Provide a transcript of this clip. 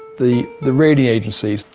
the the rating agencies,